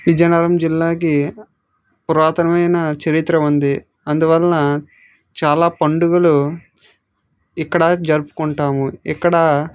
విజయనగరం జిల్లాకి పురాతనమైన చరిత్ర ఉంది అందువలన చాలా పండుగలు ఇక్కడ జరుపుకుంటాము ఇక్కడ